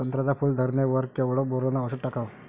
संत्र्याच्या फूल धरणे वर केवढं बोरोंन औषध टाकावं?